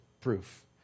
proof